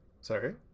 Sorry